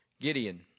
Gideon